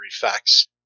facts